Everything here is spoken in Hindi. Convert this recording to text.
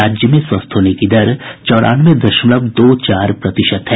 राज्य में स्वस्थ होने की दर चौरानवे दशमलव दो चार प्रतिशत है